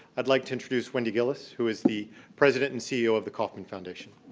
i'd like to introduce wendy guillies, who is the president and ceo of the kauffman foundation.